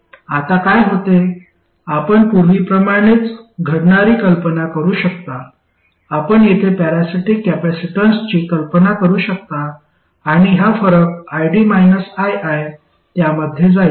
आता काय होते आपण पूर्वीप्रमाणेच घडणारी कल्पना करू शकता आपण येथे पॅरासिटिक कॅपेसिटन्सची कल्पना करू शकता आणि हा फरक id ii त्यामध्ये जाईल